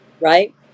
right